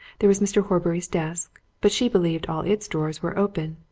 there was mr. horbury's desk, but she believed all its drawers were open.